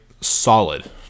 solid